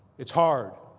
it's hard.